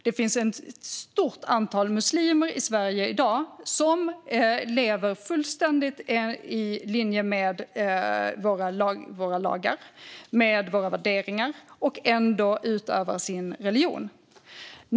Det finns ett stort antal muslimer i Sverige i dag som lever fullständigt i linje med våra lagar och med våra värderingar och ändå utövar sin religion.